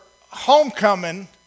homecoming